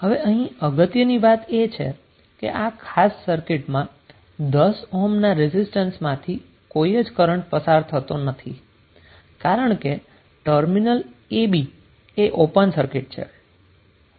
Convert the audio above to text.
હવે અહી અગત્યની વાત એ છે કે આ ખાસ સર્કિટમાં 10 ઓહ્મના રેઝિસ્ટન્સમાંથી કોઈ જ કરન્ટ પસાર થતો નથી કારણ કે ટર્મિનલ a b એ ઓપન સર્કિટ છે